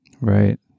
Right